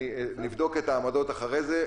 נבדוק את העמדות אחרי זה,